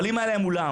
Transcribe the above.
אבל אם היה להם אולם,